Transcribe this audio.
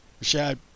Rashad